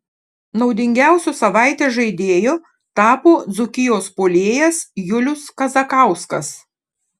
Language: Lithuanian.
naudingiausiu savaitės žaidėju tapo dzūkijos puolėjas julius kazakauskas